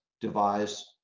devise